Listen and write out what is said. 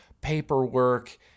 paperwork